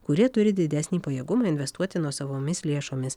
kurie turi didesnį pajėgumą investuoti nuosavomis lėšomis